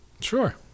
Sure